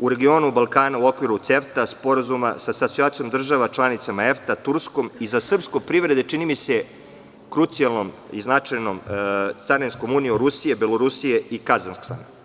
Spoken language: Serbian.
u regionu Balkana, u okviru CEFTA sporazuma sa Asocijacijom država članicama EFTA, Turskom i za srpsku privredu, čini mi se, krucijalnom i značajnom Carinskom unijom Rusije, Belorusije i Kazahstana.